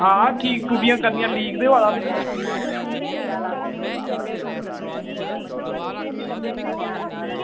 आं ठीक करनियां टुट्टियां लीक ते होआ दा फिर